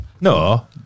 no